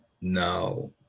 No